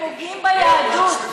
אתם פוגעים ביהדות.